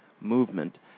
movement